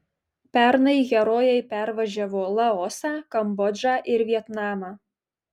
pernai herojai pervažiavo laosą kambodžą ir vietnamą